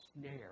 snare